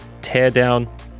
Teardown